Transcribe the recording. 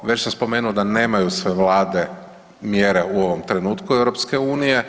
Već sam spomenuo da nemaju sve Vlade mjere u ovom trenutku EU.